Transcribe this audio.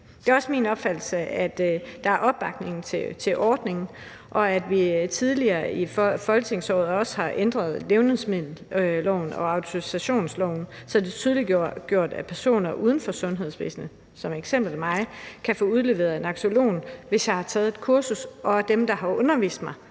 Det er også min opfattelse, at der er opbakning til ordningen. Og vi har tidligere i folketingsåret ændret levnedsmiddelloven og autorisationsloven, så det er blevet tydeliggjort, at personer uden for sundhedsvæsenet, f.eks. mig, kan få udleveret naloxon, hvis jeg har taget et kursus og dem, der har undervist mig,